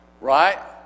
Right